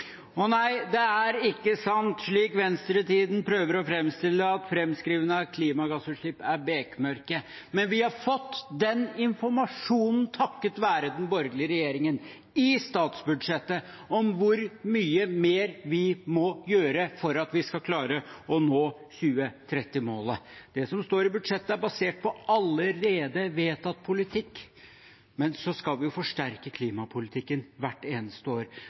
Nei, det er ikke sant, slik venstresiden prøver å framstille det, at framskrivingene av klimagassutslipp er bekmørke, men takket være den borgerlige regjeringen har vi fått informasjonen om hvor mye mer vi må gjøre for at vi skal klare å nå 2030-målet i statsbudsjettet. Det som står i budsjettet, er basert på allerede vedtatt politikk, men så skal vi forsterke klimapolitikken hvert eneste år.